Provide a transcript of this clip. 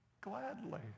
gladly